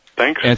thanks